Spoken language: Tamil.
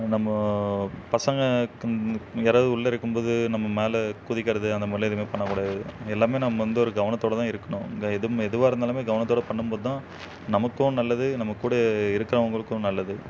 நம்ம பசங்கள் யாரவது உள்ளே இருக்கும் போது நம்ம மேலே குதிக்கறது அந்த மாதிரிலாம் எதுவுமே பண்ணக்கூடாது எல்லாமே நம்ம வந்து ஒரு கவனத்தோடு தான் இருக்கணும் க எதுவும் எதுவாக இருந்தாலுமே கவனத்தோடு பண்ணும் போது தான் நமக்கும் நல்லது நம்மக் கூட இருக்கிறவங்களுக்கும் நல்லது